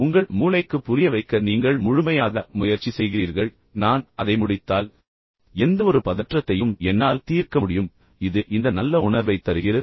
எனவே உங்கள் மூளைக்கு புரிய வைக்க நீங்கள் முழுமையாக முயற்சி செய்கிறீர்கள் நான் அதை முடித்தால் எந்தவொரு பதற்றத்தையும் என்னால் தீர்க்க முடியும் மேலும் இது உங்களுக்கு இந்த நல்ல உணர்வைத் தருகிறது